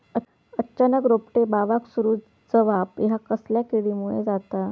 अचानक रोपटे बावाक सुरू जवाप हया कसल्या किडीमुळे जाता?